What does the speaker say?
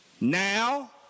Now